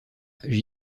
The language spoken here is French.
j’y